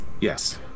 Yes